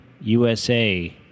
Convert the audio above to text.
USA